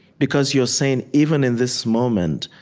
because you're saying, even in this moment,